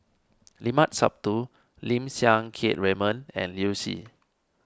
Limat Sabtu Lim Siang Keat Raymond and Liu Si